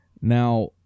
Now